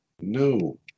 No